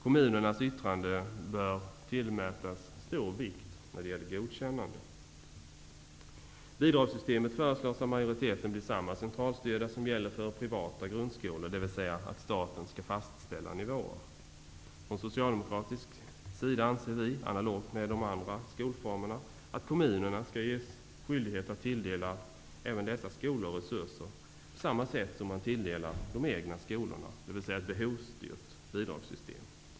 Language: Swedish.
Kommunernas yttranden bör tillmätas stor vikt vid godkännanden. Bidragssystemet föreslås av majoriteten bli samma centralstyrda som gäller för privata grundskolor, dvs. att staten skall fastställa nivåerna. Från socialdemokratisk sida anser vi att, analogt med de andra skolformerna, att kommunerna skall vara skyldiga att tilldela även dessa skolor resurser på samma sätt som de egna skolorna, dvs. ett behovsstyrt bidragssystem.